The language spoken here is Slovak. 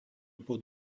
pod